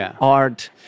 art